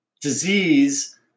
disease